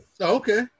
okay